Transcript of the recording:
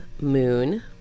moon